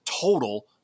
total